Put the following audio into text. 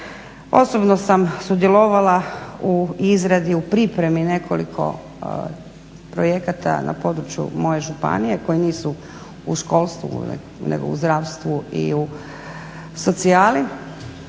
Osobno sam sudjelovala u izradi,u pripremi nekoliko projekata na području moje županije koji nisu u školstvu, nego u zdravstvu i u socijali,